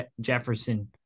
Jefferson